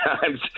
times